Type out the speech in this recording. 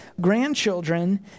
grandchildren